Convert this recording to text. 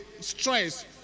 stress